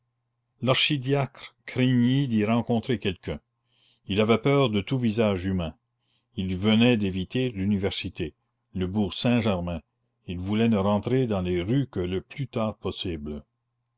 l'archidiacre craignit d'y rencontrer quelqu'un il avait peur de tout visage humain il venait d'éviter l'université le bourg saint-germain il voulait ne rentrer dans les rues que le plus tard possible